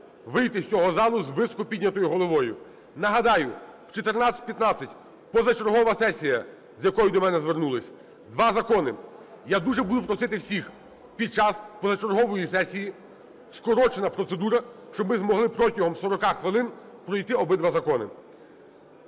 вийти з цього залу з високо піднятою головою. Нагадаю, о 14:15 – позачергова сесія, з якою до мене звернулись, два закони. Я дуже буду просити всіх під час позачергової сесії скорочена процедура, щоб ми змогли протягом 40 хвилин пройти обидва закони.